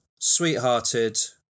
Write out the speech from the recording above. sweethearted